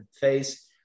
phase